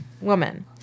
woman